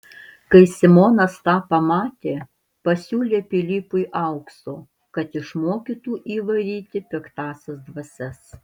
kai simonas tą pamatė pasiūlė pilypui aukso kad išmokytų jį varyti piktąsias dvasias